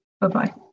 Bye-bye